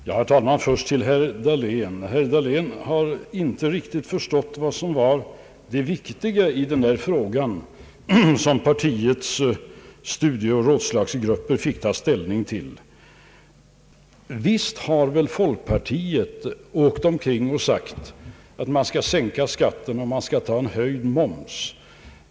Herr talman! Först några ord till herr Dahlén. Han har inte riktigt förstått vad som var det viktiga i den fråga som partiets studieoch rådslagsgrupper fick ta ställning till. Visst har man väl inom folkpartiet gått omkring och sagt att vi skall sänka skatten och ta en höjd moms.